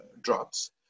drops